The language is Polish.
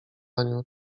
aniu